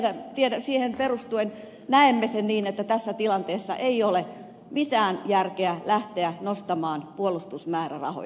eli me siihen perustuen näemme sen niin että tässä tilanteessa ei ole mitään järkeä lähteä nostamaan puolustusmäärärahoja